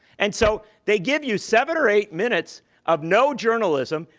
and so they give you seven or eight minutes of no journalism.